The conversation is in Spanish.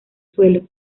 suelo